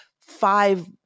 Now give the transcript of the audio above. five